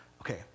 Okay